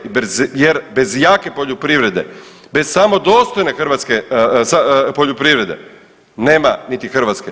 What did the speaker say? Jer bez jake poljoprivrede, bez samo dostojne hrvatske poljoprivrede nema niti Hrvatske.